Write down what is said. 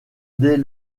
dès